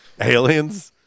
Aliens